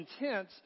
intense